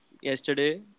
yesterday